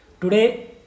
today